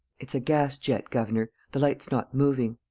it's a gas-jet, governor. the light's not moving.